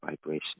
vibration